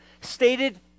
stated